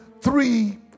three